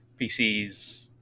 PCs